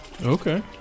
Okay